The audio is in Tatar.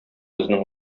безнең